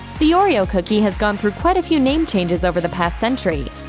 the oreo cookie has gone through quite a few name changes over the past century.